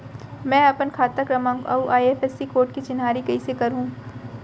मैं अपन खाता क्रमाँक अऊ आई.एफ.एस.सी कोड के चिन्हारी कइसे करहूँ?